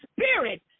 spirit